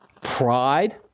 pride